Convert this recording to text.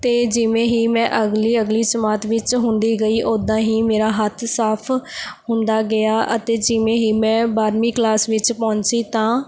ਅਤੇ ਜਿਵੇਂ ਹੀ ਮੈਂ ਅਗਲੀ ਅਗਲੀ ਜਮਾਤ ਵਿੱਚ ਹੁੰਦੀ ਗਈ ਓਦਾਂ ਹੀ ਮੇਰਾ ਹੱਥ ਸਾਫ਼ ਹੁੰਦਾ ਗਿਆ ਅਤੇ ਜਿਵੇਂ ਹੀ ਮੈਂ ਬਾਰਵੀਂ ਕਲਾਸ ਵਿੱਚ ਪਹੁੰਚੀ ਤਾਂ